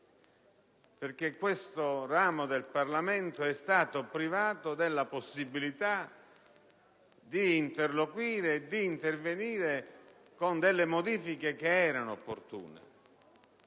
perché questo ramo del Parlamento è stato privato della possibilità di interloquire, di intervenire con delle modifiche che sarebbero state opportune.